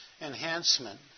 enhancement